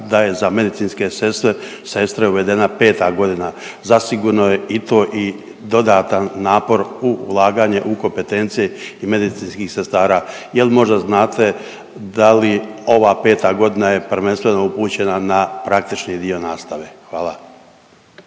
da je za medicinske sestre, sestre uvedena 5. godina, zasigurno je i to i dodatan napor ulaganje u kompetencije i medicinskih sestara. Jel možda znate da li ova 5. godina je prvenstveno upućena na praktični dio nastave? Hvala.